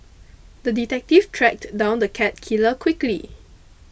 the detective tracked down the cat killer quickly